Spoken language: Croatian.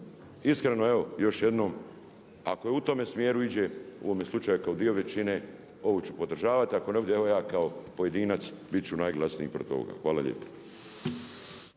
Iskreno evo još jednom ako je u tome smjeru iđe u ovome slučaju kao dio većine ovo ću podržavati. Ako ne, evo ja kao pojedinac bit ću najglasniji protiv ovoga. Hvala lijepo.